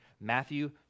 Matthew